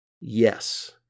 Yes